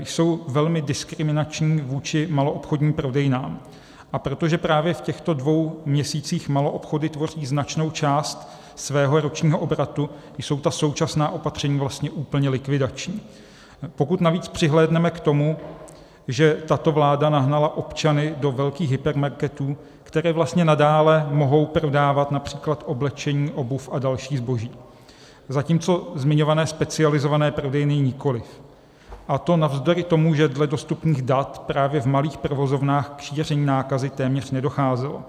Jsou velmi diskriminační vůči maloobchodním prodejnám, a protože právě v těchto dvou měsících maloobchody tvoří značnou část svého ročního obratu, jsou ta současná opatření vlastně úplně likvidační, pokud navíc přihlédneme k tomu, že tato vláda nahnala občany do velkých hypermarketů, které vlastně nadále mohou prodávat např. oblečení, obuv a další zboží, zatímco zmiňované specializované prodejny nikoli, a to navzdory tomu, že dle dostupných dat právě v malých provozovnách k šíření nákazy téměř nedocházelo.